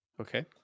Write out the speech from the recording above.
Okay